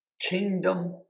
kingdom